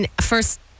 first